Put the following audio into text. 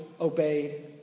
obeyed